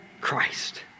Christ